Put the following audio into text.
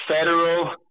federal